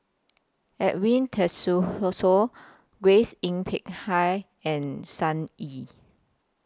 Edwin Tessensohn Grace Yin Peck Ha and Sun Yee